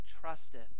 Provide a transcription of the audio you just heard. trusteth